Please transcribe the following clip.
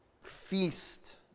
feast